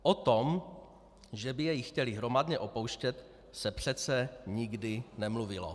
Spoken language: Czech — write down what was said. O tom, že by jej chtěli hromadně opouštět, se přece nikdy nemluvilo.